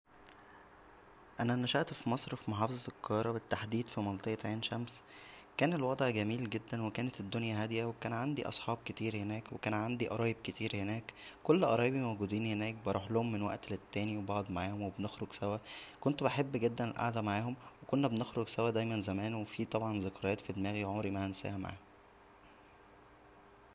انا نشات فى مصر فى محافظة القاهره بالتحديد فمنطقة عين شمس كان الوضع جميل جدا وكانت الدنيا هاديه وكان عندى اصحاب كتير هناك وكان عندى قرايب كتير هناك كل قرايبى موجودين هناك بروحلهم من وقت للتانى و بعد معاهم وبنخرج سوا كنت بحب جدا القعده معاهم و كنا بنخرج سوا دايما زمان و فيه طبعا ذكريات فدماغى عمرى مهنساها معاهم